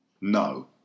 No